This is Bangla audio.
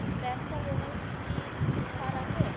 ব্যাবসার লোনে কি কিছু ছাড় আছে?